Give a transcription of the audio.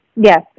Yes